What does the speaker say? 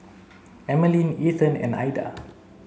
Emmaline Ethan and Aida